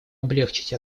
облегчить